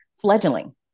Fledgling